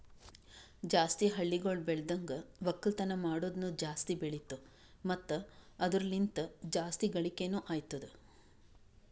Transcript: ಜಾಸ್ತಿ ಹಳ್ಳಿಗೊಳ್ ಬೆಳ್ದನ್ಗ ಒಕ್ಕಲ್ತನ ಮಾಡದ್ನು ಜಾಸ್ತಿ ಬೆಳಿತು ಮತ್ತ ಅದುರ ಲಿಂತ್ ಜಾಸ್ತಿ ಗಳಿಕೇನೊ ಅತ್ತುದ್